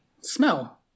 Smell